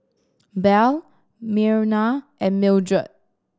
Belle Myrna and Mildred